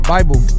Bible